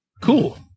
Cool